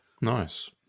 Nice